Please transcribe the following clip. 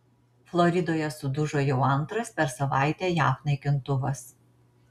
floridoje sudužo jau antras per savaitę jav naikintuvas